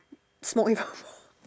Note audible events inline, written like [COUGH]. smoke with [NOISE]